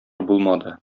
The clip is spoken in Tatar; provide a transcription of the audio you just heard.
булмады